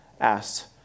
asked